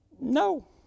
no